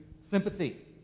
sympathy